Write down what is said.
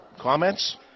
Comments